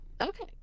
Okay